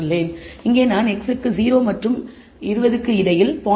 இங்கே நான் x க்கு 0 மற்றும் 20 க்கு இடையில் 0